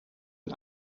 een